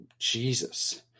Jesus